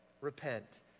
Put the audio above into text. Repent